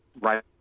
right